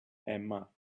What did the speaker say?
emma